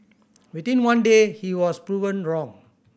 within one day he was proven wrong